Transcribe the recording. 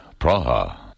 Praha